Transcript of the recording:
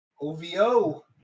OVO